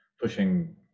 pushing